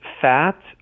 fat